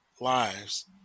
lives